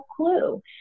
clue